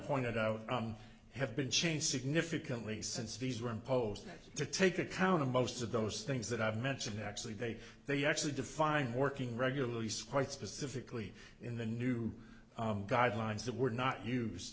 pointed out have been changed significantly since these were imposed to take account of most of those things that i've mentioned actually they they actually define working regularly squad specifically in the new guidelines that were not used